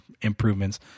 improvements